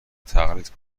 تقلید